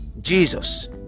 Jesus